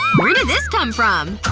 where did this come from?